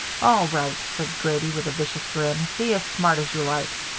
all right, said grady, with a vicious grin. be as smart as you like.